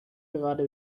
gerade